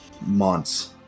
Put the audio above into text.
months